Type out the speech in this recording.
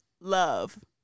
love